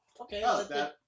okay